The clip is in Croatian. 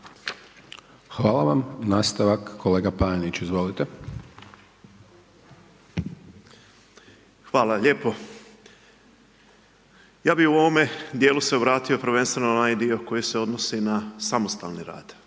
Hvala vam, nastavak kolega Panenić, izvolite. **Panenić, Tomislav (MOST)** Hvala lijepo. Ja bi u ovome dijelu se vratio prvenstveno na onaj dio koji se odnosi na samostalni rad,